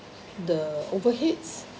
the overheads